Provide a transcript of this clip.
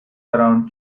around